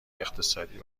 اقتصادی